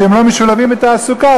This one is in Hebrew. שהם לא משולבים בתעסוקה,